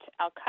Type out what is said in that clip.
Al-Qaeda